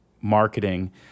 marketing